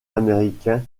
américain